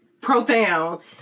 profound